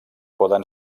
poden